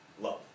love